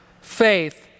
faith